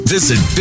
Visit